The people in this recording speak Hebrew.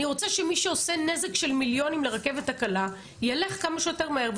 אני רוצה שמי שעושה נזק של מיליונים לרכבת הקלה ילך כמה שיותר מהר,